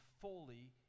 fully